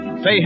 Say